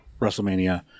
WrestleMania